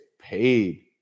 paid